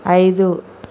ఐదు